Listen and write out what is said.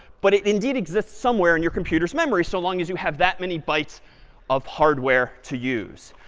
but it indeed exists somewhere in your computer's memory so long as you have that many bytes of hardware to use.